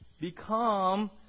become